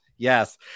Yes